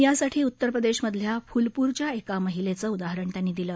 यासाठी उत्तर प्रदेशमधल्या फुलपूरच्या एका महिलेचं उदाहरण त्यांनी दिलं